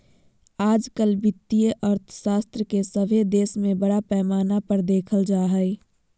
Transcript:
आजकल वित्तीय अर्थशास्त्र के सभे देश में बड़ा पैमाना पर देखल जा हइ